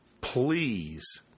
please